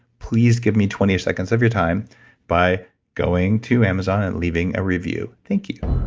please give me twenty seconds of your time by going to amazon and leaving a review, thank you.